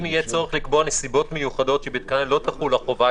אם יהיה צורך לקבוע "נסיבות מיוחדות שבהתקיימן לא תחול החובה",